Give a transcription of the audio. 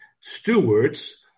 stewards